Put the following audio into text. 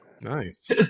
Nice